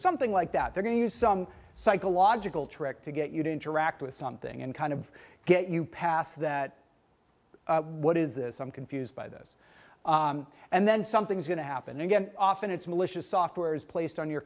something like that they're going to use some psychological trick to get you to interact with something and kind of get you past that what is this i'm confused by this and then something's going to happen again often it's malicious software is placed on your